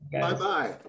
bye-bye